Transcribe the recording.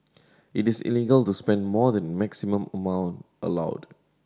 it is illegal to spend more than maximum amount allowed